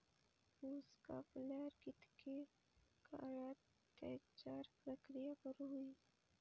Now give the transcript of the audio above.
ऊस कापल्यार कितके काळात त्याच्यार प्रक्रिया करू होई?